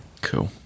Cool